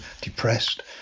depressed